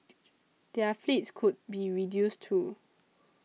their fleets could be reduced too